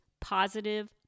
positive